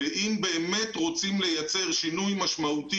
אם באמת רוצים לייצר שינוי משמעותי